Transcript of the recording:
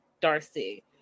Darcy